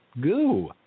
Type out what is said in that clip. goo